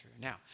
Now